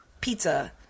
pizza